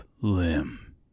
limb